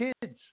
kids